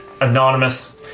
Anonymous